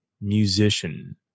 musician